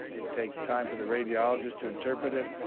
it takes time for the radiologist to interpret it.